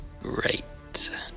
Great